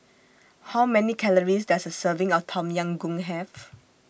How Many Calories Does A Serving of Tom Yam Goong Have